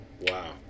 Wow